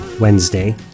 Wednesday